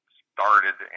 started